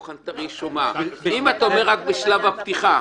חנטריש כשאתה אומר שזה רק בשלב הפתיחה.